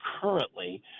currently